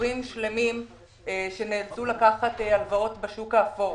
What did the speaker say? ציבורים שלמים שנאלצו לקחת הלוואות בשוק האפור.